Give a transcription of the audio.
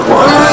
one